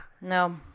no